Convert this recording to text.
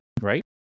right